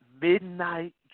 midnight